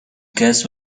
guests